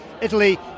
Italy